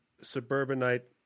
suburbanite